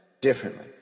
differently